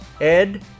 Ed